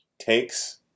takes